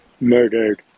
murdered